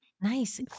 Nice